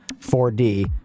4D